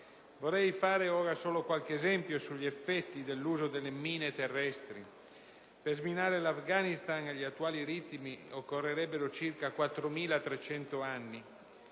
anni. Cito solo qualche esempio sugli effetti dell'uso delle mine terrestri. Per sminare l'Afghanistan, agli attuali ritmi, occorrerebbero circa 4300 anni.